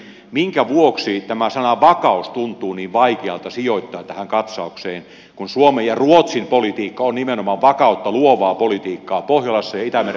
minkä vuoksi tämä sana vakaus tuntuu niin vaikealta sijoittaa tähän katsaukseen kun suomen ja ruotsin politiikka on nimenomaan vakautta luovaa politiikkaa pohjolassa ja itämeren alueella